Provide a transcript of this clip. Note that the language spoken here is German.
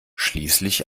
schließlich